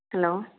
hello